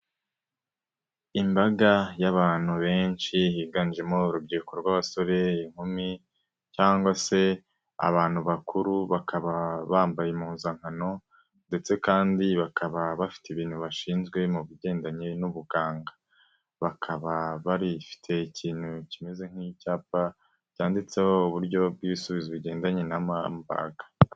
Imbaga y'abantu benshi higanjemo urubyiruko rw'abasore, inkumi cyangwa se abantu bakuru, bakaba bambaye impuzankano ndetse kandi bakaba bafite ibintu bashinzwe mu bigendanye n'ubuganga. Bakaba bafite ikintu kimeze nk'icyapa, cyanditseho uburyo bw'ibisubizo bigendanye na Marburg.